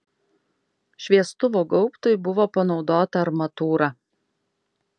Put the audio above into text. šviestuvo gaubtui buvo panaudota armatūra